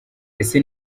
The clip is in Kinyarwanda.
ese